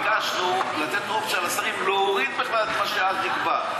בחוק ביקשנו לתת אופציה לשרים להוריד בכלל את מה שאז נקבע,